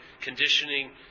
conditioning